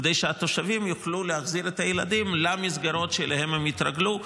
כדי שהתושבים יוכלו להחזיר את הילדים למסגרות שאליהן התרגלו,